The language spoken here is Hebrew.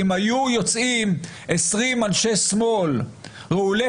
אם היו יוצאים עשרים אנשי שמאל רעולי